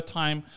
time